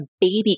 baby